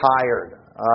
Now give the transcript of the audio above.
tired